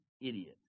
idiot